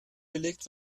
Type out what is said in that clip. belegt